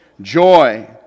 joy